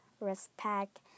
respect